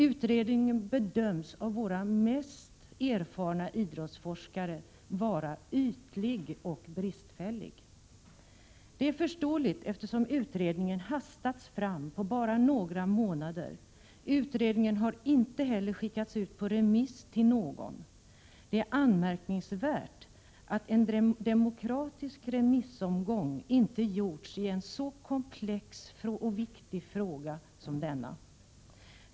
Utredningen bedöms av våra mest erfarna idrottsforskare vara ”ytlig och bristfällig”. Det är förståeligt, eftersom utredning hastats fram på bara några månader. Utredningen har inte heller skickats ut på remiss till någon. Det är anmärkningsvärt att en demokratisk remissomgång inte gjorts i en så komplex och viktig fråga som denna.